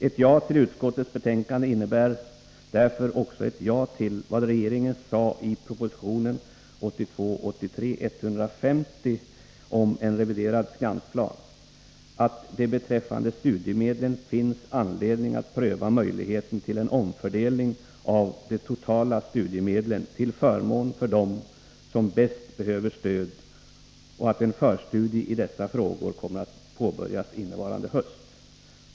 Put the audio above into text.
Ett ja till utskottets hemställan innebär därför också ett ja till vad regeringen sade i proposition 1982/83:150 om en reviderad finansplan, att det beträffande studiemedlen finns anledning att pröva möjligheten till en omfördelning av de totala studiemedlen till förmån för dem som bäst behöver stöd och att en förstudie i dessa frågor kommer att påbörjas innevarande höst.